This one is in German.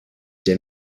der